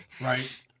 Right